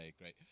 great